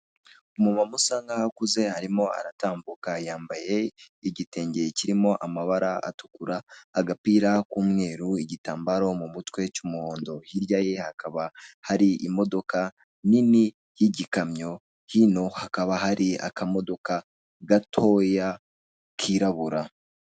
Umumama usa nkaho akuze arimo aratambuka yambaye igitenge kirimo amabara atukura, agapira k'umweru, igitambaro mu mutwe cy'umuhondo, hirya ye hakaba hari imodoka nini y'igikamyo, hino hakaba hari akamodoka gatoya kirabura.